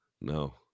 No